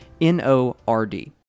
N-O-R-D